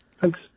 Thanks